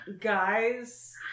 guys